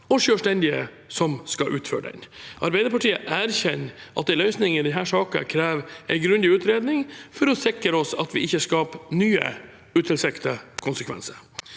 og selvstendige som skal utføre den. Arbeiderpartiet erkjenner at en løsning i denne saken krever en grundig utredning for å sikre at vi ikke skaper nye utilsiktede konsekvenser.